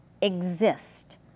exist